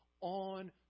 on